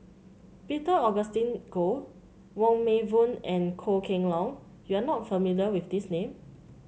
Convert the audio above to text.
Peter Augustine Goh Wong Meng Voon and Goh Kheng Long you are not familiar with these name